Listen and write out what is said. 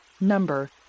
Number